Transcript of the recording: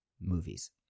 movies